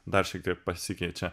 dar šiek tiek pasikeičia